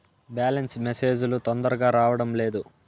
Balance message లు తొందరగా రావడం లేదు?